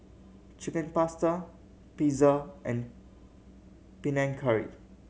Chicken Pasta Pizza and Panang Curry